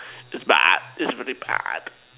is but is really but